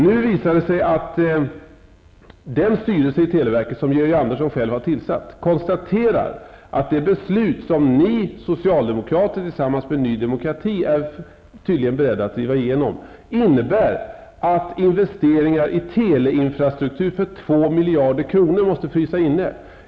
Nu visar det sig att den styrelse i televerket som Georg Andersson har tillsatt konstaterar att det beslut som socialdemokraterna tillsammans med Ny Demokrati tydligen är beredda att driva igenom, innebär att investeringar i teleinfrastruktur för 2 miljarder kronor måste frysa inne.